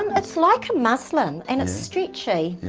um it's like a muslin and it's stretchy. yeah.